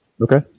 Okay